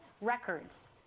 records